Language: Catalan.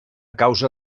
causa